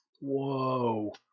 Whoa